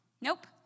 Nope